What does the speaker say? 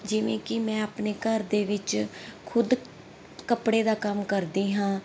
ਜਿਵੇਂ ਕਿ ਮੈਂ ਆਪਣੇ ਘਰ ਦੇ ਵਿੱਚ ਖੁਦ ਕੱਪੜੇ ਦਾ ਕੰਮ ਕਰਦੀ ਹਾਂ